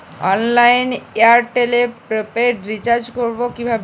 অনলাইনে এয়ারটেলে prepaid recharge করবো কিভাবে?